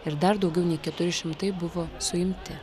ir dar daugiau nei keturi šimtai buvo suimti